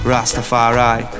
Rastafari